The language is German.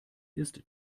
ist